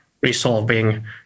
resolving